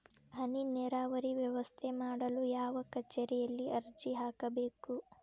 ಹನಿ ನೇರಾವರಿ ವ್ಯವಸ್ಥೆ ಮಾಡಲು ಯಾವ ಕಚೇರಿಯಲ್ಲಿ ಅರ್ಜಿ ಹಾಕಬೇಕು?